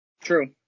True